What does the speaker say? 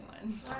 one